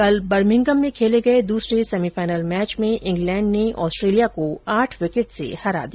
कल बर्मिघम में खेले गये दूसरे सेमीफाइनल में इंग्लैण्ड ने ऑस्ट्रेलिया को आठ विकेट से हरा दिया